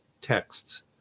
texts